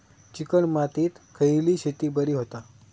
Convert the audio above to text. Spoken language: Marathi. चिकण मातीत खयली शेती बरी होता?